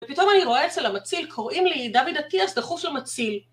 ופתאום אני רואה אצל המציל קוראים לי דוד אטיאס דחוף למציל